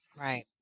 Right